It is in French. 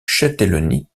châtellenie